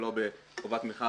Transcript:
שלא בחובת מכרז,